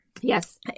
Yes